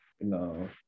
no